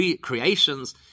creations